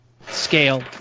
scale